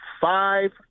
five